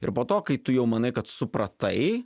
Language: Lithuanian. ir po to kai tu jau manai kad supratai